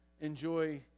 enjoy